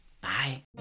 Bye